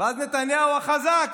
ואז נתניהו החזק